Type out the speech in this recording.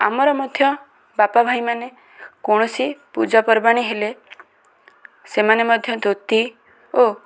ଆମର ମଧ୍ୟ ବାପ ଭାଇମାନେ କୌଣସି ପୂଜାପର୍ବାଣୀ ହେଲେ ସେମାନେ ମଧ୍ୟ ଧୋତି ଓ